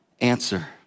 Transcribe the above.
answer